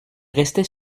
restait